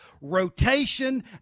rotation